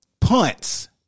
punts